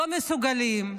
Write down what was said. לא מסוגלים,